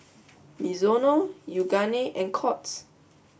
Mizuno Yoogane and Courts